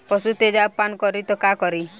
पशु तेजाब पान करी त का करी?